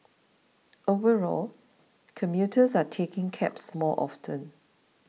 overall commuters are taking cabs more often